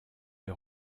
les